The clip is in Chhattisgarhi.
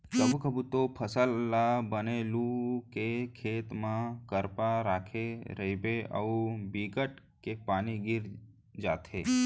कभू कभू तो फसल ल बने लू के खेत म करपा राखे रहिबे अउ बिकट के पानी गिर जाथे